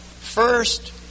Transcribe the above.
first